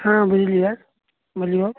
हँ बुझली बात बोलियौ